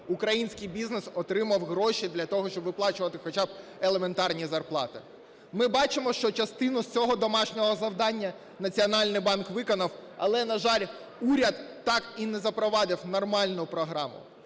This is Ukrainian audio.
український бізнес отримав гроші для того, щоб виплачувати хоча б елементарні зарплати. Ми бачимо, що частину з цього домашнього завдання Національний банк виконав. Але, на жаль, уряд так і не запровадив нормальну програму.